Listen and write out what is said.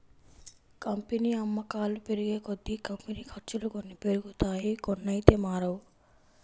company అమ్మకాలు పెరిగేకొద్దీ, company ఖర్చులు కొన్ని పెరుగుతాయి కొన్నైతే మారవు